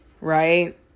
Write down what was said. right